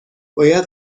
باید